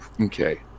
okay